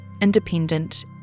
independent